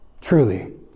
truly